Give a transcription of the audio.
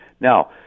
Now